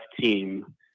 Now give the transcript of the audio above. team